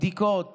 בדיקות